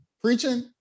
preaching